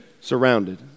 surrounded